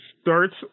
starts